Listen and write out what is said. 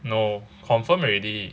no confirmed already